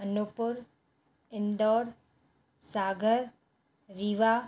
Anupur Indore Sagar Rewa